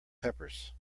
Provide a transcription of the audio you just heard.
peppers